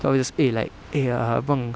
so obvious eh like eh ah abang